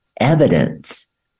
evidence